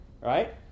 right